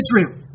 Israel